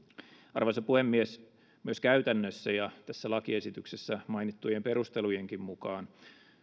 arvoisa puhemies myös käytännössä ja tässä lakiesityksessä mainittujen perustelujenkin mukaan